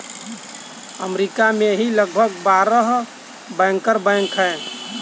अमरीका में ही लगभग बारह बैंकर बैंक हैं